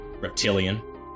reptilian